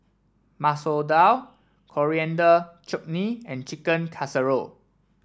Masoor Dal Coriander Chutney and Chicken Casserole